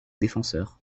défenseur